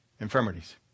infirmities